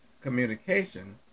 communication